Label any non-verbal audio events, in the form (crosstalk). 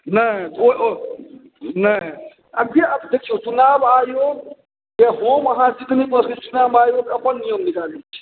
नहि ओ ओ नहि आब जे आब देखिऔ चुनाव आयोग जे हम अहाँ (unintelligible) चुनाव आयोग अपन नियम निकालै छै